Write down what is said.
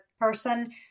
person